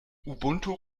ubuntu